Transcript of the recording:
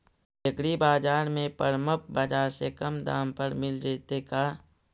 एग्रीबाजार में परमप बाजार से कम दाम पर मिल जैतै का?